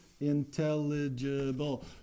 intelligible